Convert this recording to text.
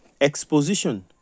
Exposition